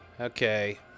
Okay